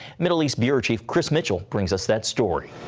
middle east bureau chief chris mitchell brings us that story.